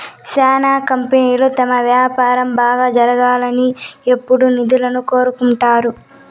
శ్యానా కంపెనీలు తమ వ్యాపారం బాగా జరగాలని ఎప్పుడూ నిధులను కోరుకుంటారు